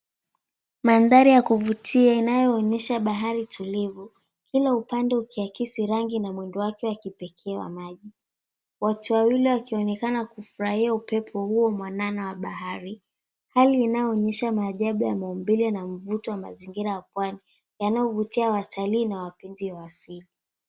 Mandhari ya kuvutia inayoonyesha bahari tulivu kila upande ukiakisi rangi na mwendo wake wa kipekee wa maji. Watu wawili wakionekana kufurahia upepo huo mwanana wa bahari, hali inayoonyesha maajabu ya maumbile na mvuto wa mazingira ya pwani yanayovutia watalii na wapenzi wa asili.